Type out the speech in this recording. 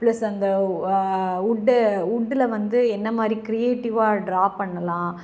plus அந்த உட்டு உட்டுல வந்து என்னமாதிரி க்ரியேட்டிவாக ட்ரா பண்ணலாம்